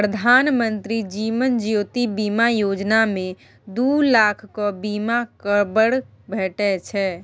प्रधानमंत्री जीबन ज्योती बीमा योजना मे दु लाखक बीमा कबर भेटै छै